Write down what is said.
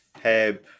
Heb